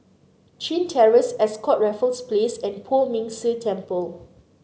Chin Terrace Ascott Raffles Place and Poh Ming Tse Temple